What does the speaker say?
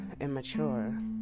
immature